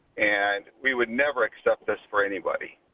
and we would never accept this for anybody.